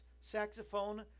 saxophone